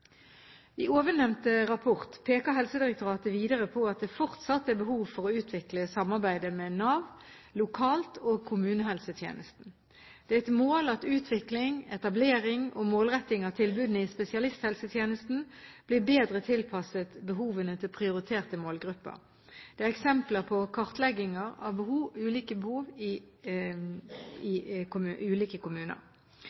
I ovennevnte rapport peker Helsedirektoratet videre på at det fortsatt er behov for å utvikle samarbeidet med Nav lokalt og kommunehelsetjenesten. Det er et mål at utvikling, etablering og målretting av tilbudene i spesialisthelsetjenesten blir bedre tilpasset behovene til prioriterte målgrupper. Det er eksempler på kartlegginger av ulike behov i ulike kommuner. Helsedirektoratet viser til at tilbudene i